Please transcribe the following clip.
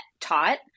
taught